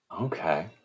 Okay